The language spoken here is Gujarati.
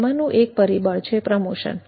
તેમાંનુ એક પરિબળ છે પ્રમોશન